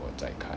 我在看